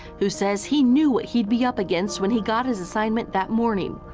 who says he knew what he'd be up against when he got his assignment that morning.